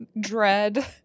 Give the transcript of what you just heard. dread